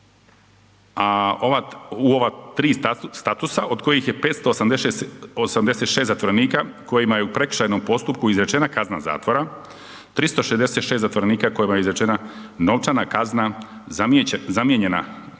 u ova tri statusa od kojih je 586 zatvorenika kojima je prekršajnom postupku izrečena kazna zatvora, 366 zatvorenika kojima je izrečena novčana kazna zamijenjena kaznom